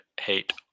hate